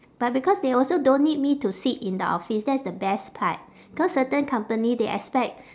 but because they also don't need me to sit in the office that's the best part cause certain company they expect